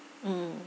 mm